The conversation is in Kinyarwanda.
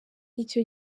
icyo